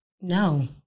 No